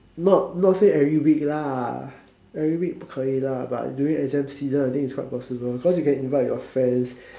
no no say every week lah every week cannot lah but during exam season I think it's quite possible cause you can invite your friends